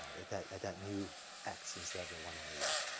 that that at that new x instead of the one on the left.